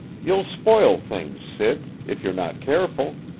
you'll spoil things, sid, if you're not careful.